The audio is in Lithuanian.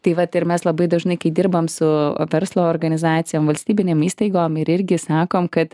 tai vat ir mes labai dažnai kai dirbam su verslo organizacijom valstybinėm įstaigom ir irgi sakom kad